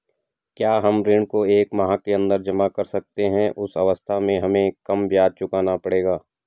क्या हम ऋण को एक माह के अन्दर जमा कर सकते हैं उस अवस्था में हमें कम ब्याज चुकाना पड़ेगा?